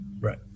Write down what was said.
Right